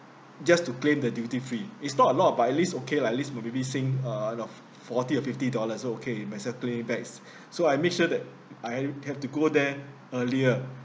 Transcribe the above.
just to claim the duty free it's not a lot but at least okay lah at least will maybe sing uh of forty or fifty dollars so okay might as well claim back so I made sure that I go there earlier